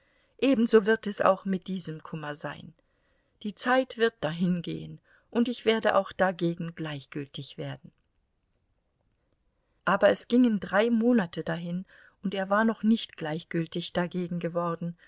ebenso wird es auch mit diesem kummer sein die zeit wird dahingehen und ich werde auch dagegen gleichgültig werden aber es gingen drei monate dahin und er war noch nicht gleichgültig dagegen geworden